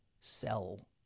sell